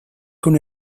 con